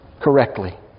correctly